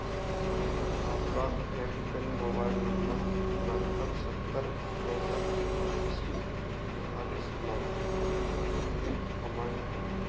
आपका M PIN mobile number उनहत्तर सत्तर चौंसठ पच्चीस पैंतालीस नौ के लिए अमान्य है